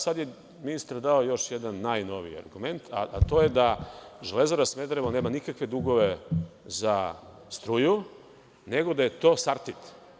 Sada je ministar dao još jedan najnoviji argument, a to je da „Železara Smederevo“ nema nikakve dugove za struju, nego da je to „Sartid“